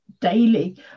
daily